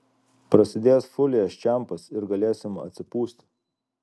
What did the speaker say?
prasidės fūlės čempas ir galėsim atsipūsti